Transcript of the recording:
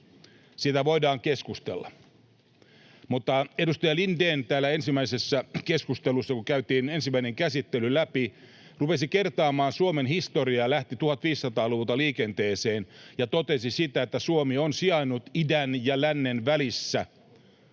Siitä voidaan keskustella, mutta edustaja Lindén täällä ensimmäisessä keskustelussa, kun käytiin ensimmäinen käsittely läpi, rupesi kertaamaan Suomen historiaa ja lähti 1500-luvulta liikenteeseen ja totesi, että Suomi on sijainnut idän ja lännen välissä